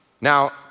Now